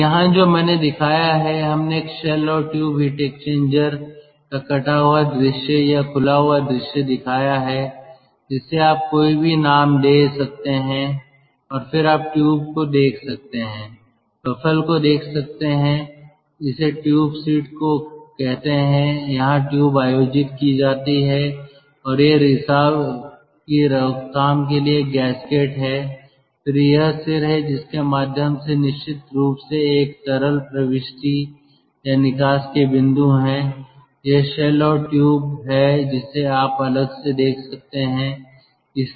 और यहाँ जो मैंने दिखाया है हमने एक शेल और ट्यूब हीट एक्सचेंजर का कटा हुआ दृश्य या खुला हुआ दृश्य दिखाया है इसे आप कोई भी नाम दे सकते हैं और फिर आप ट्यूब को देख सकते हैं बफल को देख सकते हैं इसे ट्यूब सीट कहते हैं जहां ट्यूब आयोजित की जाती हैं और वे रिसाव की रोकथाम के लिए गैसकेट हैं फिर यह सिर है जिसके माध्यम से निश्चित रूप से एक तरल प्रविष्टि या निकास के बिंदु हैं यह शेल और ट्यूब है जिसे आप अलग से देख सकते हैं